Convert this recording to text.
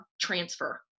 transfer